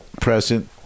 present